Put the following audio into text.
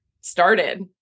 started